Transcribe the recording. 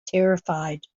terrified